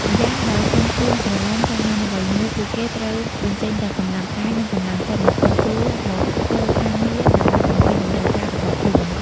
ម្យ៉ាងបើសិនខ្លួនស្រឡាញ់ ចង់បានអ្វីមួយពួកគេត្រូវបញ្ជេញទាំងកម្លាំងកាយនិងកម្លាំងចិត្តមកតស៊ូមកធ្វើការងារ ដើម្បីបំពេញតម្រូវការរបស់ខ្លួន។